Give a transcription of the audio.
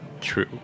true